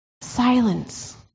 silence